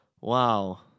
wow